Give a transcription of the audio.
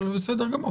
בסדר גמור,